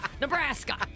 Nebraska